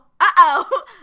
Uh-oh